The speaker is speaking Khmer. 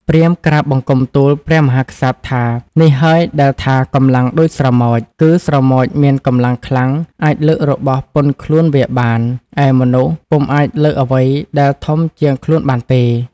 ព្រាហ្មណ៍ ក្រាបបង្គំទូលព្រះមហាក្សត្រថានេះ ហើយដែលថាកម្លាំងដូចស្រមោច គឺស្រមោចមានកម្លាំងខ្លាំងអាចលើករបស់ប៉ុនខ្លួនវាបាន ឯមនុស្សពុំអាចលើកអ្វីដែលធំជាងខ្លួនបានទេ ។